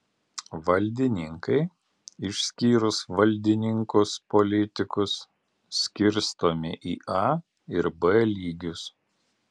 valdininkai išskyrus valdininkus politikus skirstomi į a ir b lygius